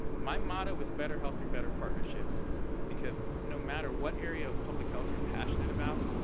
my motto is better health through better partnerships because no matter what area of public health you're passionate about,